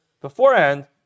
beforehand